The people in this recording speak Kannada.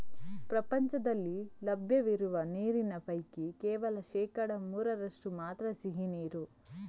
ಪ್ರಪಂಚದಲ್ಲಿ ಲಭ್ಯ ಇರುವ ನೀರಿನ ಪೈಕಿ ಕೇವಲ ಶೇಕಡಾ ಮೂರರಷ್ಟು ಮಾತ್ರ ಸಿಹಿ ನೀರು